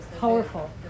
powerful